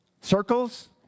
Circles